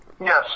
Yes